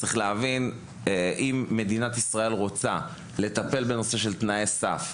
אם מדינת ישראל רוצה לטפל בנושא של תנאי סף,